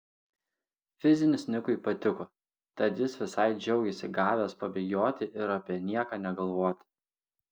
fizinis nikui patiko tad jis visai džiaugėsi gavęs pabėgioti ir apie nieką negalvoti